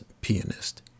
pianist